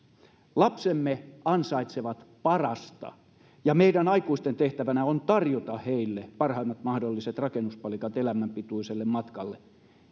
lapsemme ansaitsevat parasta ja meidän aikuisten tehtävänä on tarjota heille parhaimmat mahdolliset rakennuspalikat elämänpituiselle matkalle